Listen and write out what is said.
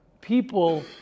people